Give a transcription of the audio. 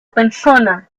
persona